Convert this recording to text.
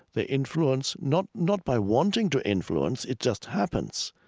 they influence not not by wanting to influence it just happens.